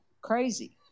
crazy